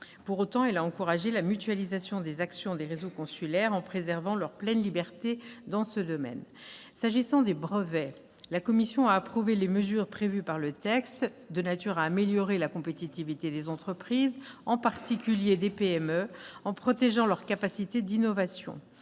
Pour autant, elle a encouragé la mutualisation des actions des réseaux consulaires, en préservant leur pleine liberté dans ce domaine. S'agissant des brevets, la commission spéciale a approuvé les mesures prévues par le texte, de nature à améliorer la compétitivité des entreprises, spécialement les PME, en protégeant leur capacité d'innovation.